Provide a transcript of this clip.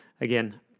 Again